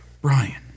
Brian